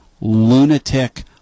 lunatic